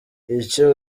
icyo